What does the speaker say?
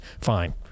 fine